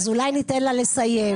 אם נסתכל על נתוני משרד הבריאות ל-2019,